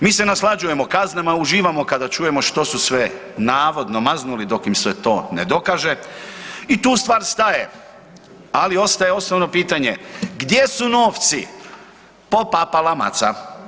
Mi se naslađujemo kaznama, uživamo što su sve navodno maznuli dok im se to ne dokaže i tu stvar staje, ali ostaje osnovno pitanje gdje su novci, popala maca.